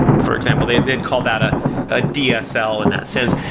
for example. they'd they'd call that ah a dsl in that sense.